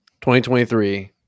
2023